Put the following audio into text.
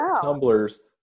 tumblers